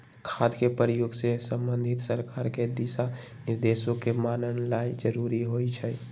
खाद के प्रयोग से संबंधित सरकार के दिशा निर्देशों के माननाइ जरूरी होइ छइ